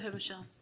and michelle